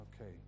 Okay